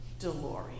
DeLorean